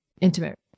intimate